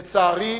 לצערי,